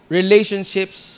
relationships